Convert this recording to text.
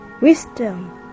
wisdom